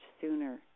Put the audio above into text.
sooner